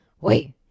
Wait